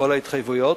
בכל ההתחייבויות,